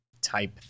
type